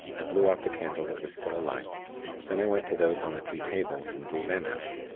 i blew out the candle that was still alight then i went to those on the two tables, and blew them out.